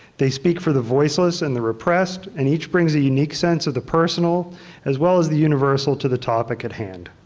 they speak for the voiceless and the repressed and each brings a unique sense of the personal as well as the universal to the topic at hand.